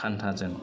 खान्थाजों